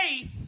Faith